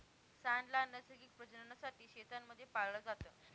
सांड ला नैसर्गिक प्रजननासाठी शेतांमध्ये पाळलं जात